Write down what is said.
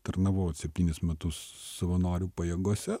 tarnavau septynis metus savanorių pajėgose